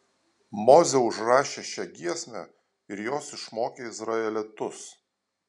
mozė užrašė šią giesmę ir jos išmokė izraelitus